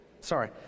sorry